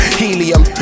helium